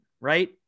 Right